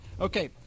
Okay